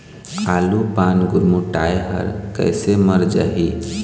आलू पान गुरमुटाए हर कइसे मर जाही?